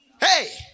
Hey